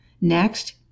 Next